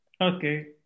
Okay